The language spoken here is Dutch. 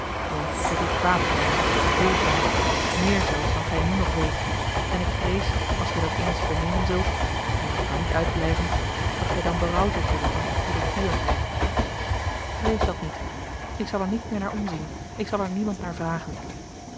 want ik heb u kwaad gedaan veel kwaad meer zelfs dan gij nu nog weet en ik vrees als gij dat eens vernemen zult en dat kan niet uitblijven dat gij dan berouw zult hebben van uwe goedertierenheid osboom oussaint eel rees dat niet ik zal er niet meer naar omzien ik zal er niemand naar vragen